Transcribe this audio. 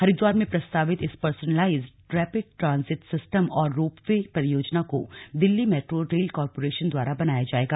हरिद्वार में प्रस्तावित इस पर्सनालाइज्ड रैपिड ट्रांजिट सिस्टम और रोपवे परियोजना को दिल्ली मेट्रो रेल कारपोरेशन द्वारा बनाया जायेगा